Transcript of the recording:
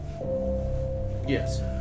Yes